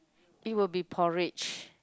it will be porridge